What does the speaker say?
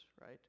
right